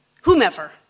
whomever